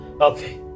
Okay